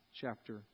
chapter